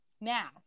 now